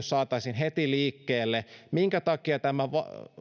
saataisiin heti liikkeelle minkä takia